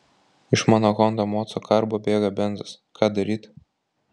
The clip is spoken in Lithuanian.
iš mano honda moco karbo bėga benzas ką daryt